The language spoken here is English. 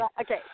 Okay